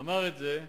הוא אמר את זה,